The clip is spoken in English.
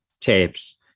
tapes